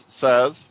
says